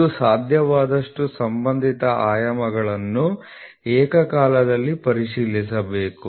ಇದು ಸಾಧ್ಯವಾದಷ್ಟು ಸಂಬಂಧಿತ ಆಯಾಮಗಳನ್ನು ಏಕಕಾಲದಲ್ಲಿ ಪರಿಶೀಲಿಸಬೇಕು